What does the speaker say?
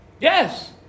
Yes